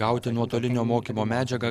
gauti nuotolinio mokymo medžiagą